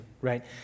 right